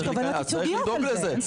אז צריך לבדוק את זה.